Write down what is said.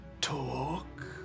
talk